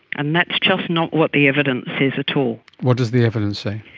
and that's just not what the evidence says at all. what does the evidence say?